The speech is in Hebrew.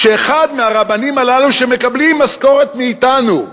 שאחד מהרבנים הללו, שמקבלים משכורת מאתנו,